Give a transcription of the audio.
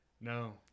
No